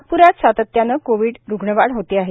नागप्रात सातत्याने कोविद रुग्णवाढ होते आहे